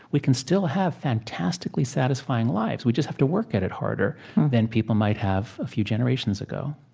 we can still have fantastically satisfying lives. we just have to work at it harder than people might have a few generations ago